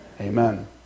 Amen